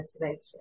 motivation